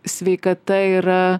sveikata yra